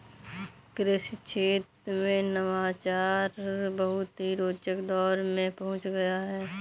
कृषि क्षेत्र में नवाचार बहुत ही रोचक दौर में पहुंच गया है